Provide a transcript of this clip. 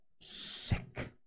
sick